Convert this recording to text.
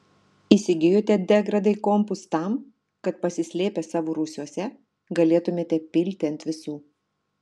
įsigijote degradai kompus tam kad pasislėpę savo rūsiuose galėtumėte pilti ant visų